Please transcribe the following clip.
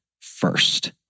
first